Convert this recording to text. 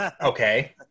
Okay